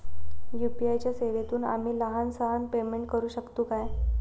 UPI च्या सेवेतून आम्ही लहान सहान पेमेंट करू शकतू काय?